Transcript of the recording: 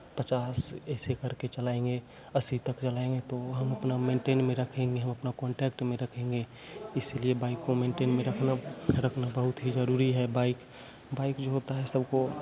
पचास ऐसे करके चलाएँगे अस्सी तक चलाएँगे तो हम अपना मेंटेन में रखेंगे हम अपना कांटेक्ट में रखेंगे इसीलिए बाइक को मेंटेन में रखना रखना बहुत ही जरुरी है बाइक बाइक जो होता है सब को